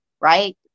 right